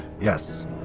Yes